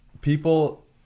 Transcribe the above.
people